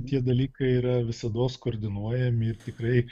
tie dalykai yra visados koordinuojami tikrai